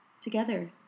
together